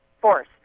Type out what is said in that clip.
force